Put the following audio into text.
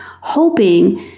hoping